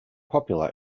popular